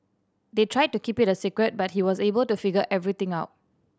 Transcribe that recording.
they tried to keep it a secret but he was able to figure everything out